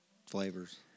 Flavors